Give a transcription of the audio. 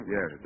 Yes